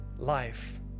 life